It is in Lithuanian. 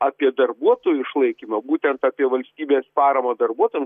apie darbuotojų išlaikymą būtent apie valstybės paramą darbuotojams